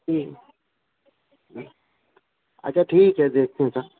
ٹھیک ہے اچھا ٹھیک ہے دیکھتے ہیں تب